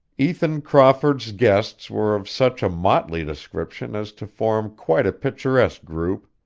ethan crawford's guests were of such a motley description as to form quite a picturesque group,